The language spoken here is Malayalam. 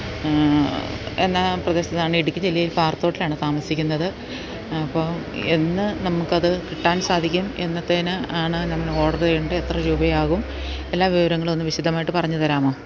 എന്ന പ്രദേശത്തുനിന്നാണ് ഇടുക്കി ജില്ലയിൽ പാറത്തോട്ടിലാണ് താമസിക്കുന്നത് അപ്പോള് എന്ന് നമുക്കത് കിട്ടാൻ സാധിക്കും എന്നത്തേക്കാണ് നമ്മള് ഓഡര് ചെയ്യേണ്ടത് എത്ര രൂപയാകും എല്ലാ വിവരങ്ങളുമൊന്ന് വിശദമായിട്ട് പറഞ്ഞുതരാമോ